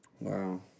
Wow